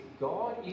God